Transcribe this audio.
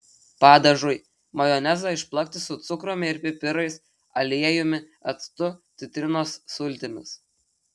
padažui majonezą išplakti su cukrumi ir pipirais aliejumi actu citrinos sultimis